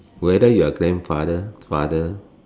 whether your grandfather father